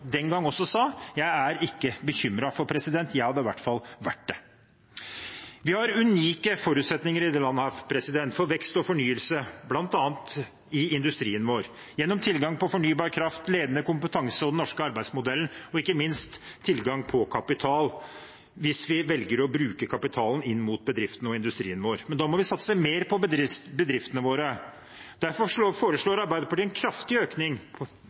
den gang også sa «jeg er ikke bekymret», for jeg hadde i hvert fall vært det. Vi har unike forutsetninger i dette landet for vekst og fornyelse, bl.a. i industrien vår, gjennom tilgang på fornybar kraft, ledende kompetanse og den norske arbeidsmodellen, og ikke minst tilgang på kapital, hvis vi velger å bruke kapitalen i bedriftene og industrien vår. Men da må vi satse mer på bedriftene våre. Derfor foreslår Arbeiderpartiet en kraftig økning